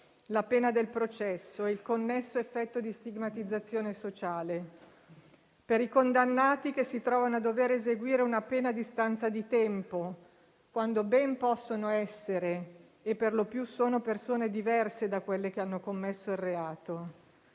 la «pena del processo» e il connesso effetto di stigmatizzazione sociale; per i condannati, che si trovano a dover eseguire una pena a distanza di tempo, quando ben possono essere - e per lo più sono - persone diverse da quelle che hanno commesso il reato;